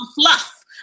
fluff